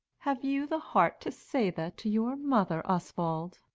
have you the heart to say that to your mother, oswald?